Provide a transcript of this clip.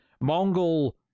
Mongol